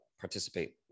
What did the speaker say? participate